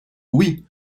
oui